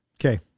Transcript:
okay